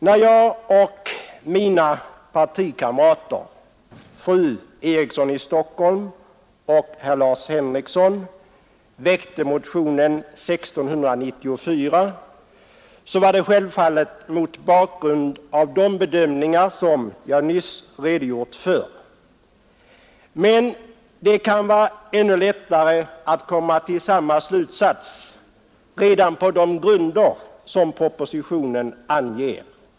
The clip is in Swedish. När jag och mina partikamrater, fru Eriksson i Stockholm och herr Henrikson, väckte motionen 1694 var det självfallet mot bakgrunden av de bedömningar som jag nyss redogjort för. Men det kan vara ännu lättare att komma till samma slutsats redan på de grunder som propositionen anger.